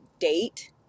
date